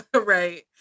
right